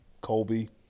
Colby